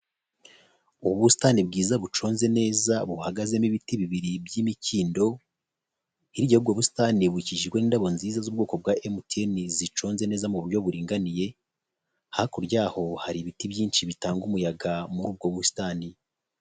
Ubusitani bwiza buconze neza buhagazemo ibiti bibiri by'imikindo, hirya ubwo busitani bukijwe n'indabo nziza z'ubwoko bwa emutiyeni ziconze neza mu buryo buringaniye, hakurya yaho hari ibiti byinshi bitanga umuyaga muri ubwo busitani.